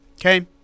Okay